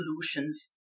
solutions